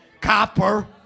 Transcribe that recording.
Copper